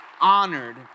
honored